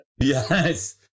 Yes